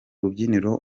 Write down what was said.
rubyiniro